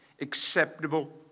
acceptable